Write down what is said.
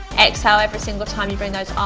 exhale every single time you bring those